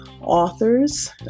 authors